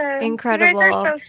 Incredible